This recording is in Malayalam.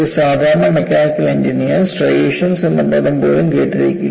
ഒരു സാധാരണ മെക്കാനിക്കൽ എഞ്ചിനീയർ സ്ട്രൈയേഷൻസ് എന്ന പദം പോലും കേട്ടിരിക്കില്ല